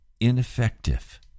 ineffective